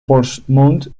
portsmouth